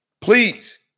please